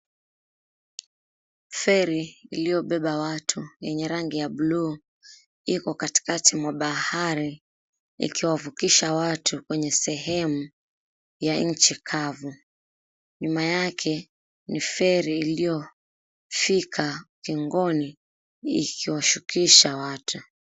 Feri iliyobeba watu, yenye rangi ya buluu, iko katikati ya bahari, ikiwavukisha watu kwenye sehemu ya nchi kavu. Nyuma yake ni feri iliyofika ukingoni, ikiwashukisha watu.